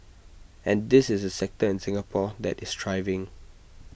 and this is A sector in Singapore that is thriving